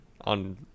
on